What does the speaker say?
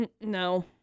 No